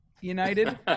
United